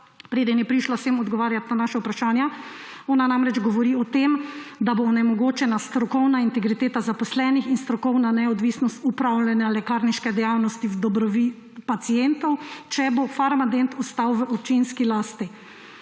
preden je prišla sem odgovarjat na naša vprašanja. Ona namreč govori o tem, da bo onemogočena strokovna integriteta zaposlenih in strokovna neodvisnost upravljanja lekarniške dejavnosti v dobrobit pacientov, če bo Farmadent ostal v občinski lasti.